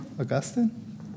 Augustine